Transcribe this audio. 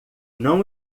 não